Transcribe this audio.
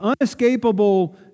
unescapable